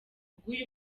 bw’uyu